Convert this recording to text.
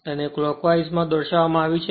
તેને ક્લોકવાઇસ માં દર્શાવવામાં આવ્યું છે